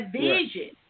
vision